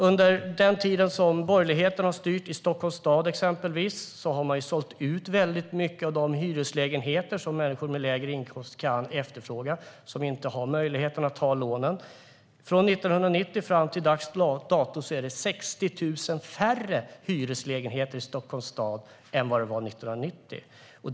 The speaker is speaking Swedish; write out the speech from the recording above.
Under den tid som borgerligheten har styrt i exempelvis Stockholms stad har man sålt ut väldigt många av de hyreslägenheter som kan efterfrågas av människor som har lägre inkomster och inte har möjlighet att ta lån. Fram till dags dato är det 60 000 färre hyreslägenheter i Stockholms stad än vad det var 1990.